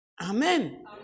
Amen